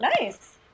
Nice